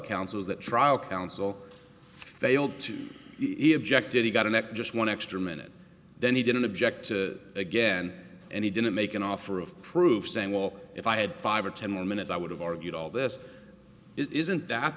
is that trial counsel failed to even objected he got in at just one extra minute then he didn't object to it again and he didn't make an offer of proof saying well if i had five or ten minutes i would have argued all this isn't that